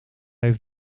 heeft